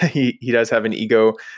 he he does have an ego,